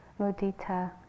mudita